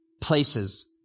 places